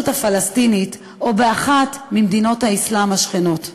הפלסטינית או באחת ממדינות האסלאם השכנות.